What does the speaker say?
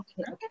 Okay